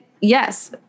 yes